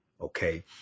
okay